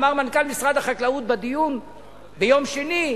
אמר מנכ"ל משרד החקלאות בדיון ביום שני: